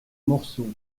morceau